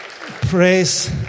Praise